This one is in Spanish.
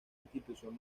institución